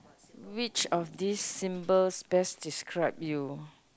which of these symbols best describe you